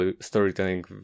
storytelling